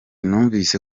numvise